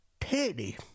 Teddy